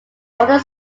older